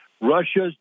Russia's